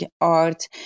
art